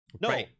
No